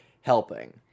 helping